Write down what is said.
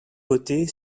votée